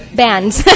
bands